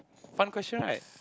fun question right